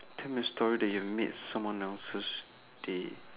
tell me a story that you made somebody else's day